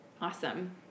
Awesome